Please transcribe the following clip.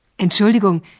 Entschuldigung